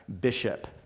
bishop